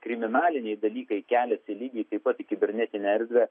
kriminaliniai dalykai keliasi lygiai taip pat į kibernetinę erdvę